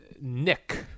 Nick